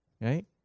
right